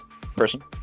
person